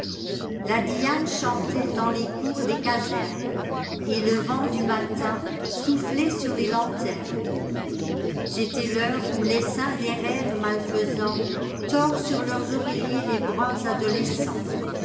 la diane chantait dans les cours des casernes et le vent du matin soufflait sur les lanterne c'était l'heure où l'essaim des rêves malfaisants tord sur leurs oreillers les bruns adolescents